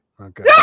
okay